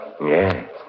Yes